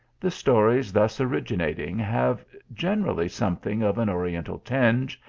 the stories thus originating have generally some thing of an oriental tinge,